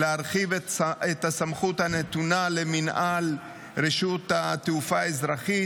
להרחיב את הסמכות הנתונה למינהל רשות התעופה האזרחית